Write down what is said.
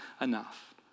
enough